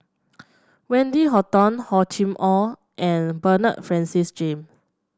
Wendy Hutton Hor Chim Or and Bernard Francis Jame